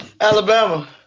Alabama